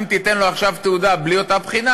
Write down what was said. אם תיתן לו עכשיו תעודה בלי אותה בחינה,